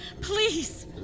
please